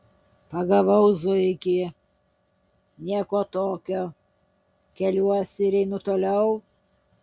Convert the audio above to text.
pagavau zuikį nieko tokio keliuosi ir einu toliau